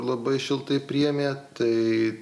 labai šiltai priėmė tai